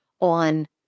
on